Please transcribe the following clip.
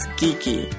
geeky